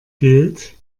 gilt